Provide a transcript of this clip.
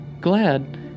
glad